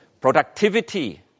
Productivity